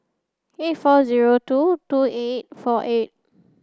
eight four zero two two eight four eight